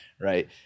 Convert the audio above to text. right